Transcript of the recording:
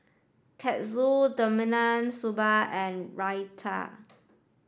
Katsu Sambar and Raita